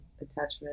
attachment